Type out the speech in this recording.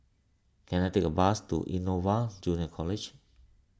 can I take a bus to Innova Junior College